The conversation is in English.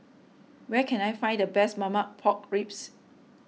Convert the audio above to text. where can I find the best Marmite Pork Ribs